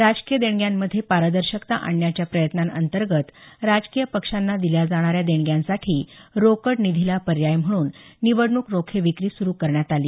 राजकीय देणग्यांमध्ये पारदर्शकता आणण्याच्या प्रयत्नांअंतर्गत राजकीय पक्षांना दिल्या जाणाऱ्या देणग्यांसाठी रोकड निधीलां पर्याय म्हणून निवडणूक रोखे विक्री सुरु करण्यात आली